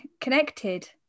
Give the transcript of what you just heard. connected